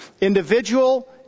individual